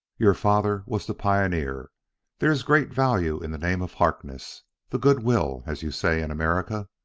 your father was the pioneer there is great value in the name of harkness the good-will as you say in america.